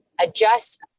adjust